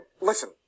listen